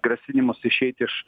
grasinimus išeiti iš